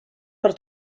per